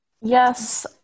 Yes